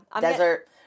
Desert